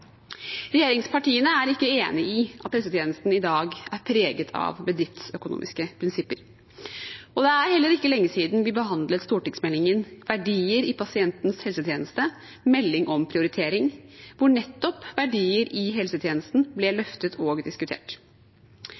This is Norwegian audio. Regjeringspartiene er ikke enig i at helsetjenesten i dag er preget av bedriftsøkonomiske prinsipper. Det er heller ikke lenge siden vi behandlet stortingsmeldingen Verdier i pasientens helsetjeneste – Melding om prioritering, hvor nettopp verdier i helsetjenesten ble løftet og diskutert.